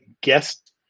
guest